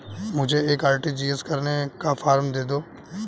मुझे एक आर.टी.जी.एस करने का फारम दे दो?